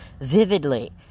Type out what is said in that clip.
vividly